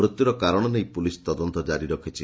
ମୃତ୍ୟୁର କାରଣ ନେଇ ପୁଲିସ୍ ତଦନ୍ତ ଜାରି ରଖିଛି